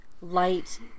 light